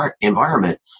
environment